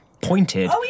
pointed